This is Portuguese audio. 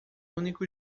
único